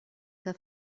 que